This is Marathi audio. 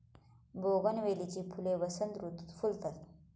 बोगनवेलीची फुले वसंत ऋतुत फुलतात